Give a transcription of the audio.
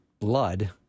blood